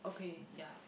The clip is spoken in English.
okay yeah